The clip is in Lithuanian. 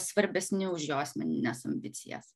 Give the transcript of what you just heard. svarbesni už jo asmenines ambicijas